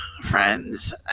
friends